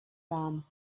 ram